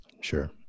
Sure